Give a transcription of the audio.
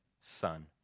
sun